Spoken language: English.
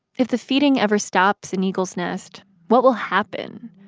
if the feeding ever stops in eagle's nest, what will happen?